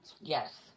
Yes